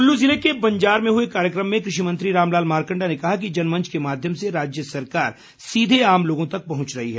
कुल्लू ज़िले के बंजार में हुए कार्यक्रम में कृषि मंत्री रामलाल मारकण्डा ने कहा कि जनमंच के माध्यम से राज्य सरकार सीधे आम लोगों तक पहुंच रही है